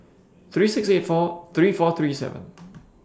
three six eight four three four three seven